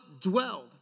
dwelled